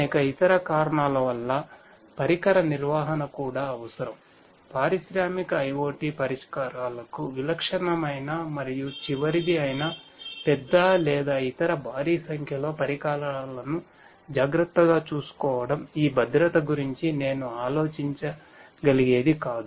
అనేక ఇతర కారణాల వల్ల పరికర నిర్వహణ కూడా అవసరం పారిశ్రామిక IOT పరిష్కారాలకు విలక్షణమైన మరియు చివరిది అయిన పెద్ద లేదా ఇతర భారీ సంఖ్యలో పరికరాలను జాగ్రత్తగా చూసుకోవడం ఈభద్రతగురించి నేను ఆలోచించగలిగేది కాదు